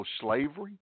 slavery